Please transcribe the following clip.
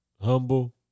humble